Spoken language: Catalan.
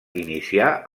inicià